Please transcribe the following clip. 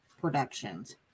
productions